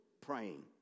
praying